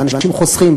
ואנשים חוסכים,